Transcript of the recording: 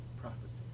prophecy